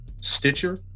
Stitcher